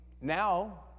now